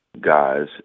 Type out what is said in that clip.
Guys